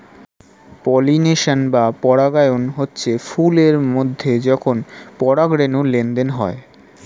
pollination বা পরাগায়ন হচ্ছে ফুল এর মধ্যে যখন পরাগ রেণুর লেনদেন হয়